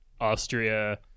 Austria